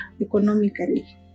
economically